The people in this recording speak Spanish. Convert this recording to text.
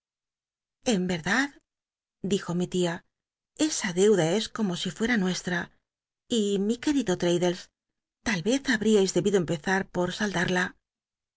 en verdad dijo mi lia esa deuda es como si j'ueta nuestra y mi querido l'taddles tal vez habriais debido empezar pot